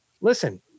Listen